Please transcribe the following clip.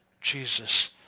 Jesus